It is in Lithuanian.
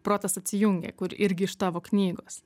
protas atsijungia kur irgi iš tavo knygos